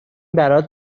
برات